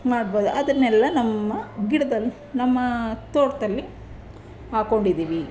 ಮಾಡ್ಬೋ ಅದನ್ನೆಲ್ಲ ನಮ್ಮ ಗಿಡದಲ್ಲಿ ನಮ್ಮ ತೋಟದಲ್ಲಿ ಹಾಕೊಂಡಿದ್ದೀವಿ